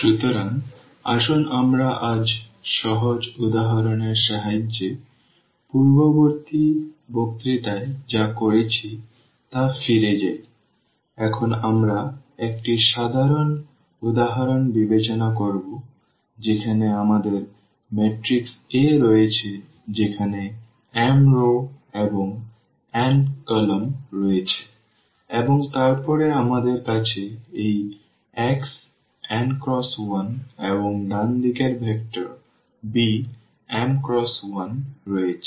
সুতরাং আসুন আমরা সহজ উদাহরণের সাহায্যে পূর্ববর্তী বক্তৃতায় যা করেছি তা ফিরে যাই এখন আমরা একটি সাধারণ উদাহরণ বিবেচনা করব যেখানে আমাদের ম্যাট্রিক্স A রয়েছে যেখানে m রও এবং n কলাম রয়েছে এবং তারপরে আমাদের কাছে এই xn×1 এবং ডান দিকের ভেক্টর bm×1 রয়েছে